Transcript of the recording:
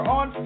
on